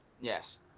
Yes